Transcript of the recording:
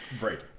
Right